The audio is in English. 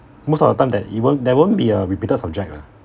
most of the time that you won't there won't be a repeated subject lah